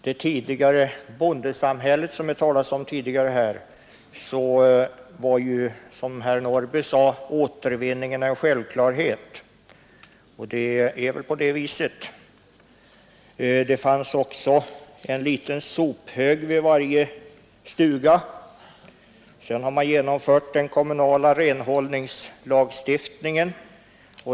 Herr talman! I det gamla bondesamhället, som det talats om tidigare här, var ju — herr Norrby framhöll det — återvinning en självklarhet. Det fanns också en liten sophög vid varje stuga. Sedan har man genomfört den kommunala renhållningslagen.